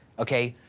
okay,